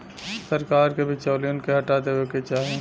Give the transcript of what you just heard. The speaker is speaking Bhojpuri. सरकार के बिचौलियन के हटा देवे क चाही